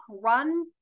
run